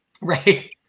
Right